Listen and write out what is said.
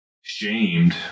shamed